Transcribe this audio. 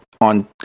on